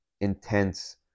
intense